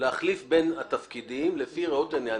להחליט בין התפקידים לפי ראות עיניה.